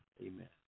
amen